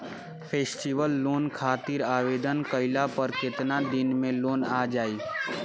Festival loan खातिर आवेदन कईला पर केतना दिन मे लोन आ जाई?